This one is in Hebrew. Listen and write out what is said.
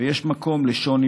ויש מקום לשוני,